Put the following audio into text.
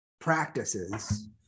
practices